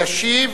ישיב,